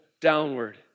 downward